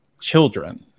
children